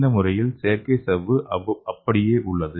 இந்த முறையில் செயற்கை சவ்வு அப்படியே உள்ளது